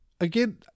again